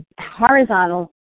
horizontal